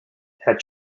had